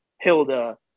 hilda